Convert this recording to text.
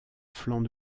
flanc